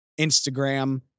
Instagram